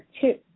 two